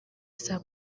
saa